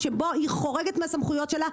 הוא כפוף להנחיות שלו.